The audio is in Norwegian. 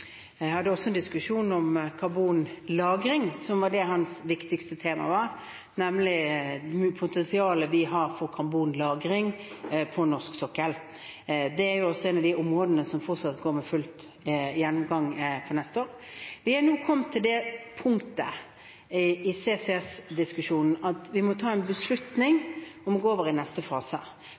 hadde også en diskusjon om karbonlagring, som var hans viktigste tema, nemlig potensialet vi har for karbonlagring på norsk sokkel. Det er jo også et av de områdene som fortsatt går med full gjennomgang for neste år. Vi er nå kommet til det punktet i CCS-diskusjonen at vi må ta en beslutning om å gå over i neste fase.